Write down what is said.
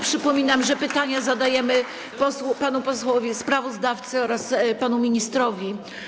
Przypominam, że pytania zadajemy panu posłowi sprawozdawcy oraz panu ministrowi.